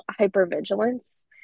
hypervigilance